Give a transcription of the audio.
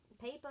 paper